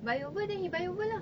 buy over then he buy over lah